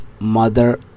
mother